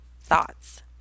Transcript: thoughts